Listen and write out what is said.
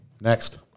Next